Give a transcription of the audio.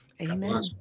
Amen